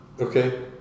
Okay